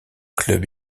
club